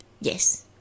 Yes